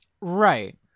Right